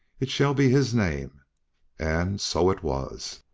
it shall be his name and so it was.